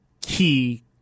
key